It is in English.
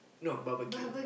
no barbeque